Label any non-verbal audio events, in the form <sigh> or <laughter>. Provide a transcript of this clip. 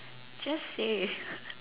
just say <laughs>